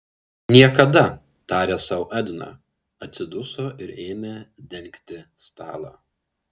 niekada tarė sau edna atsiduso ir ėmė dengti stalą